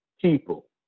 people